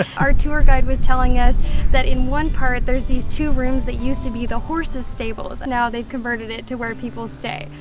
our tour guide was telling us that in one part there's these two rooms that used to be the horses stables and now they've converted it to where people stay.